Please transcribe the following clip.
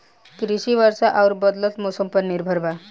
कृषि वर्षा आउर बदलत मौसम पर निर्भर बा